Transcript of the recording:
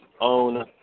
own